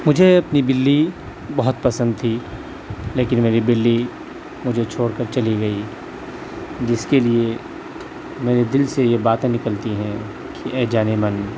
مجھے اپنی بلّی بہت پسند تھی لیکن میری بلّی مجھے چھوڑ کر چلی گئی جس کے لیے میرے دل سے یہ باتیں نکلتی ہیں کہ اے جان من